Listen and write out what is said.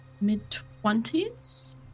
mid-twenties